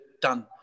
done